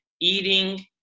eating